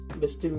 best